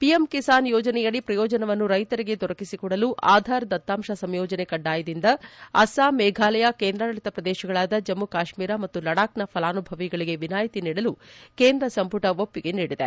PM Kisan ಯೋಜನೆಯಡಿ ಪ್ರಯೋಜನವನ್ನು ರೈತರಿಗೆ ದೊರಕಿಸಿಕೊಡಲು ಆಧಾರ್ ದತ್ತಾಂಶ ಸಂಯೋಜನೆ ಕಡ್ಡಾಯದಿಂದ ಅಸ್ಲಾಂ ಮೇಘಾಲಯ ಕೇಂದ್ರಾಡಳಿತ ಪ್ರದೇಶಗಳಾದ ಜಮ್ಮು ಕಾಶ್ಲೀರ ಮತ್ತು ಲಡಾಕ್ನ ಫಲಾನುಭವಿಗಳಿಗೆ ವಿನಾಯಿತಿ ನೀಡಲು ಕೇಂದ್ರ ಸಂಪುಟ ಒಪ್ಪಿಗೆ ನೀಡಿದೆ